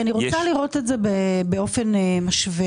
אני רוצה לראות את זה באופן משווה.